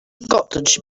cottage